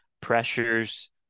pressures